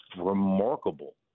remarkable